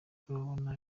turabona